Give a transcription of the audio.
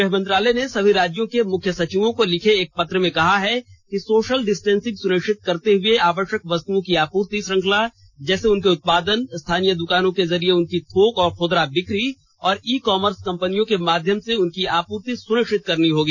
गृह मंत्रालय ने सभी राज्यों के मुख्य सचिवों को लिखे एक पत्र में कहा है कि सोशल डिस्टेंसिंग सुनिश्चित करते हुए आवश्यक वस्तुओं की आपूर्ति श्रृंखला जैसे उनके उत्पादन स्थानीय दुकानों के जरिए उनकी थोक और खुदरा बिक्री और ई कॉमर्स कंपनियों के माध्यम से उनकी आपूर्ति सुनिश्चित करनी होगी